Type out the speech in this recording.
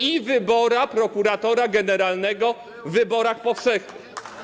i wyboru prokuratora generalnego w wyborach powszechnych.